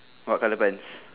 what colour pants